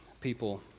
people